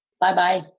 Bye-bye